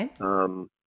Okay